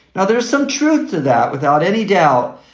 now, there's some truth to that, without any doubt.